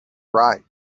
right